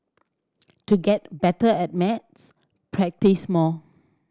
to get better at maths practise more